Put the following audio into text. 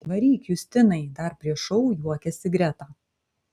varyk justinai dar prieš šou juokėsi greta